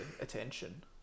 attention